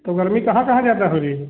तो गर्मी कहाँ कहाँ ज़्यादा हो रही है